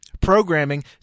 programming